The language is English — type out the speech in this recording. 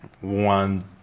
one